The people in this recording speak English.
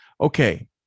Okay